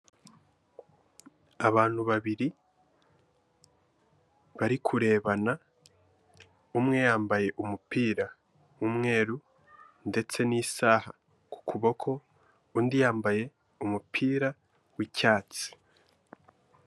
Abantu babiri bari kurebana, umwe yambaye umupira w'umweru ndetse n'isaha ku kuboko, undi yambaye umupira w'icyatsi.